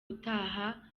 utaha